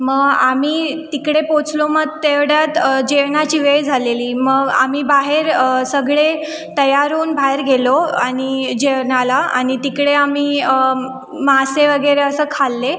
मग आम्ही तिकडे पोचलो मग तेवढ्यात जेवणाची वेळ झालेली मग आम्ही बाहेर सगळे तयार होऊन बाहेर गेलो आणि जेवणाला आणि तिकडे आम्ही मासे वगैरे असं खाल्ले